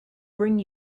bring